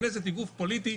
הכנסת היא גוף פוליטי,